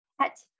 Pet